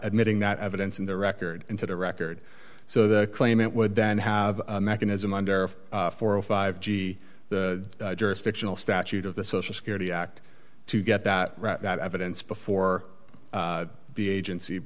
admitting that evidence in the record into the record so the claimant would then have a mechanism under four or five g the jurisdictional statute of the social security act to get that evidence before the agency